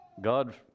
God